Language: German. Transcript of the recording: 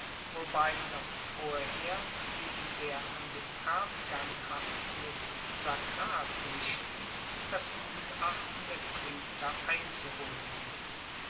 wobei noch vorher wegen der an dem erbgang haftenden sakralpflichten das gutachten der priester einzuholen ist